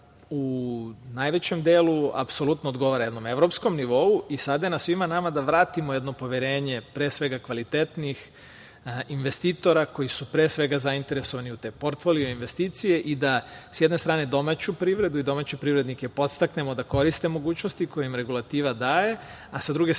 u najvećem delu apsolutno odgovara jednom evropskom nivou i sada je na svima nama da vratimo jedno poverenje pre svega kvalitetnih investitora koji su pre svega zainteresovani u te portfolio investicije da s jedne strane domaću privredu i domaće privrednike podstaknemo da koriste mogućnost koje im regulativa daje, a sa druge strane